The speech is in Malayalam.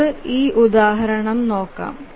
നമുക്ക് ഈ ഉദാഹരണം നോക്കാം